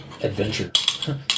adventure